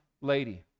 lady